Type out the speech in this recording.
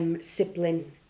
sibling